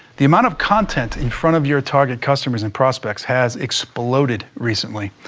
the amount of content in front of your target customers and prospects has exploded recently.